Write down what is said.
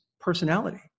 personality